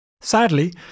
Sadly